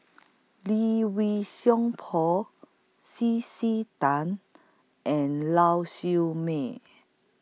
Lee Wei Song Paul C C Tan and Lau Siew Mei